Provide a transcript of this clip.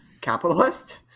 capitalist